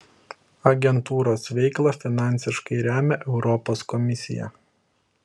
agentūros veiklą finansiškai remia europos komisija